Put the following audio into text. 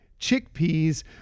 chickpeas